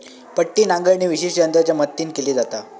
पट्टी नांगरणी विशेष यंत्रांच्या मदतीन केली जाता